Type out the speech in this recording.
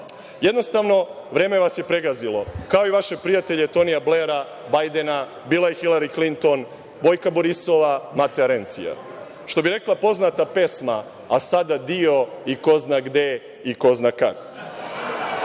Jednostavno, vreme vas je pregazilo, kao i vaše prijatelje Tonija Blera, Bajdena, Bila i Hilari Klinton, Bojka Borisova, Mateja Rencija. Što bi rekla poznata pesma: „A sad adio i ko zna gde i ko zna